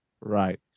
Right